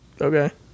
okay